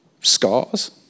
scars